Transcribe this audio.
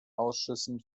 ausschüssen